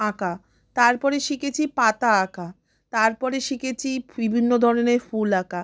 আঁকা তার পরে শিখেছি পাতা আঁকা তার পরে শিখেছি বিভিন্ন ধরনের ফুল আঁকা